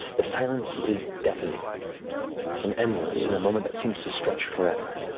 the silence is deafening and endless, in a moment that seems to stretch forever.